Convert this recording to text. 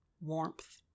Warmth